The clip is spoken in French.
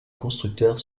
constructeur